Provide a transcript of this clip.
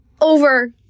over